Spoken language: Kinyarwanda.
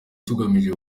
tugamije